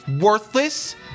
worthless